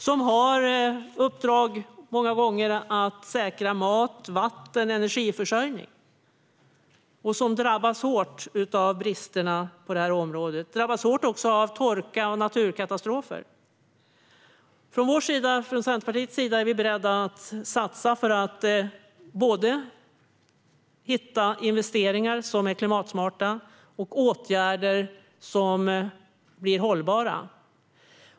De har många gånger uppdraget att säkra mat, vatten och energiförsörjning, och de drabbas hårt av bristerna på det här området. De drabbas också hårt av torka och naturkatastrofer. I Centerpartiet är vi beredda att satsa för att hitta både investeringar som är klimatsmarta och åtgärder som blir hållbara.